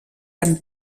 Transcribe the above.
amb